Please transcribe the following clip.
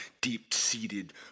deep-seated